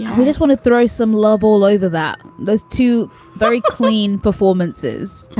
we just want to throw some love all over that. there's two very clean performances.